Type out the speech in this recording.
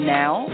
now